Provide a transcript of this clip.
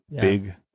big